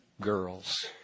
girls